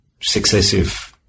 successive